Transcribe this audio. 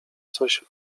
coś